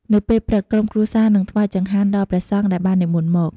នៅពេលព្រឹក ក្រុមគ្រួសារនឹង ថ្វាយចង្ហាន់ ដល់ព្រះសង្ឃដែលនិមន្តមក។